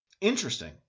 Interesting